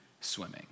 swimming